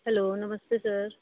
hello नमस्ते sir